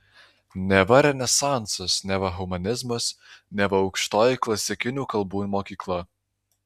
neva renesansas neva humanizmas neva aukštoji klasikinių kalbų mokykla